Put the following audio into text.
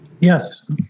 Yes